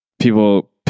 People